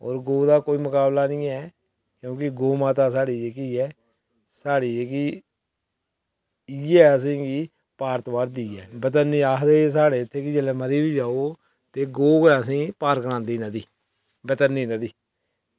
और गौऽ दा कोई मुकाबला निं ऐ क्योंकि गौऽ माता साढ़ी जेह्की ऐ साढ़ी जेह्की इयै असेंगी पार तोआरदी ऐ वतर्नी आक्खदे इत्थें की जेल्लै मरी बी जाओ ते गौऽ गै असेंगी पार करांदी वतर्नी नदी